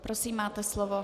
Prosím, máte slovo.